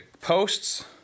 posts